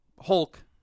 Hulk